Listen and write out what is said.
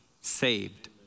saved